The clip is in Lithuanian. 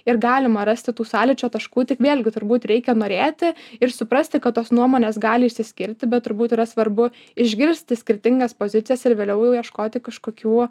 ir galima rasti tų sąlyčio taškų tik vėlgi turbūt reikia norėti ir suprasti kad tos nuomonės gali išsiskirti bet turbūt yra svarbu išgirsti skirtingas pozicijas ir vėliau jau ieškoti kažkokių